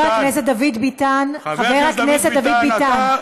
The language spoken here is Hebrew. הכנסת ביטן, חבר הכנסת דוד ביטן.